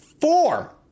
four